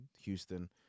Houston